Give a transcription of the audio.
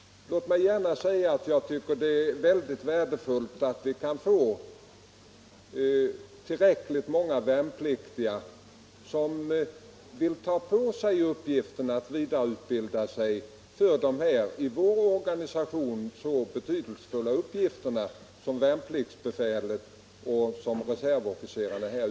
Jag tycker att det vore värdefullt om vi kunde få tillräckligt många värnpliktiga, som vill ta på sig uppgiften att vidareutbilda sig för de i vår organisation så betydelsefulla uppgifter som värnpliktsbefälet och reservofficerarna fullgör.